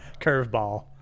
curveball